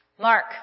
Mark